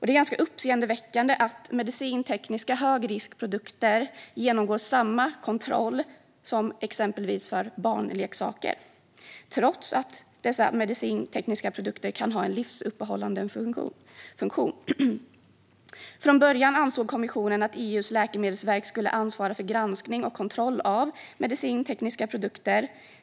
Det är ganska uppseendeväckande att medicintekniska högriskprodukter genomgår samma kontroll som exempelvis barnleksaker, trots att medicintekniska produkter kan ha en livsuppehållande funktion. Från början ansåg kommissionen att EU:s läkemedelsverk skulle ansvara för granskning och kontroll av medicintekniska produkter.